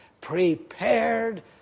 prepared